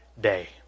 day